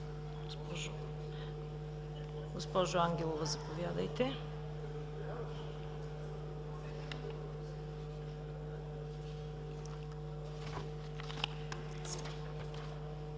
Госпожо Ангелова, заповядайте.